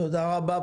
תודה רבה,